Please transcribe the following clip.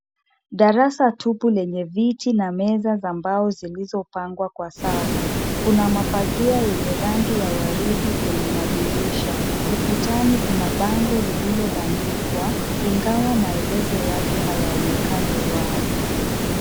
Darasa tupu lenye viti na meza za mbao zilizopangwa kwa safu. Kuna mapazia yenye rangi ya waridi kwenye madirisha. Ukutani kuna bango lililobandikwa, ingawa maelezo yake hayaonekani wazi.